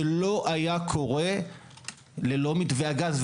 זה לא היה קורה ללא מתווה הגז,